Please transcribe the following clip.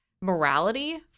morality